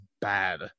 bad